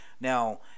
Now